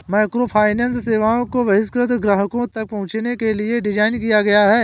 microfinance सेवाओं को बहिष्कृत ग्राहकों तक पहुंचने के लिए डिज़ाइन किया गया है